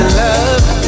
love